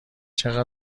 چقدر